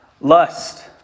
lust